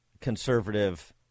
conservative